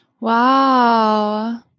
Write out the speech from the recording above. wow